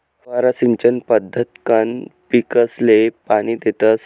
फवारा सिंचन पद्धतकंन पीकसले पाणी देतस